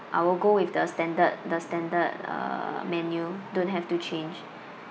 I will go with the standard the standard uh menu don't have to change